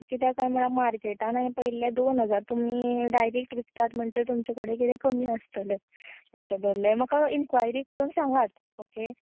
कित्याक कांय म्हळ्यार मार्केटान हांवें पळयल्ले दोन हजार तुमी डायरॅक्ट विकता म्हणटगेर तुमचे कडेन कितेंय कमी आसतले अशे धरले म्हाका इनक्वायरी करून सांगात ओके